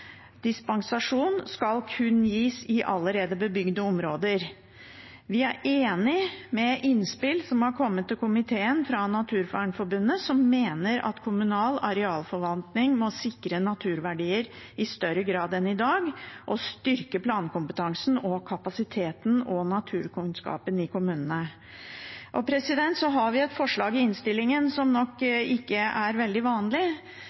skal kun kunne gis i allerede bebygde områder.» Vi er enig i innspill som har kommet til komiteen fra Naturvernforbundet, som mener at kommunal arealforvaltning må sikre naturverdier i større grad enn i dag, og styrke plankompetansen, kapasiteten og naturkunnskapen i kommunene. Så har vi et forslag i innstillingen som nok ikke er veldig vanlig,